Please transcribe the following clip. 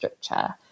structure